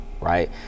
right